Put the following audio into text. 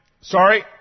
sorry